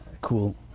cool